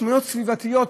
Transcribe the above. משמעויות סביבתיות.